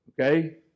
okay